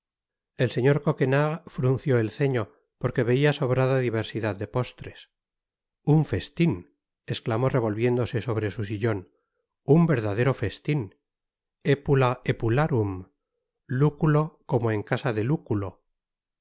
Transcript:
el señor coquenard frunció el ceño porque veia sobrada diversidad de postres un festin esclamó revolviéndose sobre su sillon un verdadero festin epula epularum luculo como en casa de luculo